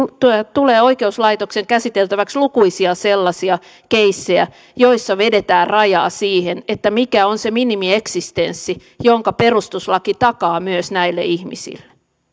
tulee oikeuslaitoksen käsiteltäväksi lukuisia sellaisia keissejä joissa vedetään rajaa siihen mikä on se minimieksistenssi jonka perustuslaki takaa myös näille ihmisille